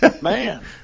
Man